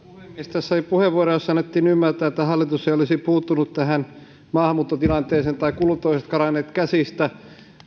tässä puheenvuoroissa annettiin ymmärtää että hallitus ei olisi puuttunut maahanmuuttotilanteeseen tai kulut olisivat karanneet käsistä